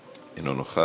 לא נוכח,